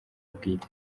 bwite